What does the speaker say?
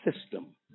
system